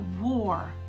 war